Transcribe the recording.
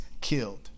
killed